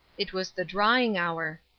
it was the drawing hour.